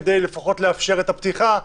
כדי לפחות לאפשר את הפתיחה,